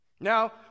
Now